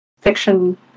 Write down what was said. fiction